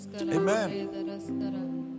Amen